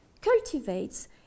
cultivates